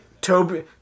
Toby